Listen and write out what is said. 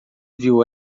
viu